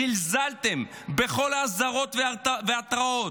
וזלזלתם בכל האזהרות וההתראות.